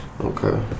Okay